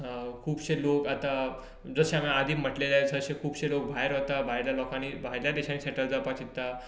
खुबशे लोक आतां जशें हांवेंं आदीं म्हणिल्लें आसा जशें खुबशे लोक भायर वता भायल्या लोकांनी भायल्या देशांत सॅटल जावपाक चिंत्ता